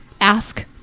ask